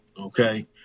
Okay